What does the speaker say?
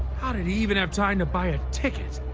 how did he even have time to buy a ticket?